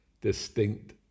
distinct